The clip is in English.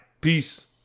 peace